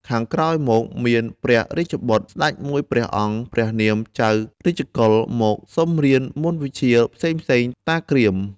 ខាងក្រោយមក មានព្រះរាជបុត្រ ស្តេចមួយព្រះអង្គ ព្រះនាមចៅរាជកុល មកសុំរៀនមន្តវិជ្ជាផ្សេងៗ តា គ្រាម ។